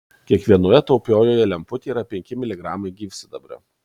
kiekvienoje taupiojoje lemputėje yra penki miligramai gyvsidabrio